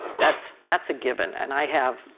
that's that's a given, and i have.